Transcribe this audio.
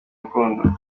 rukundo